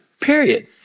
period